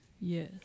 Yes